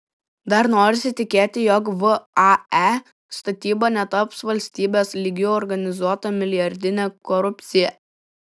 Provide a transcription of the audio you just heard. dar norisi tikėti jog vae statyba netaps valstybės lygiu organizuota milijardine korupcija